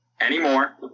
anymore